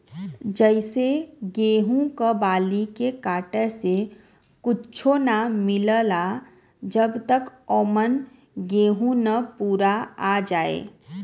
जइसे गेहूं क बाली के काटे से कुच्च्छो ना मिलला जब तक औमन गेंहू ना पूरा आ जाए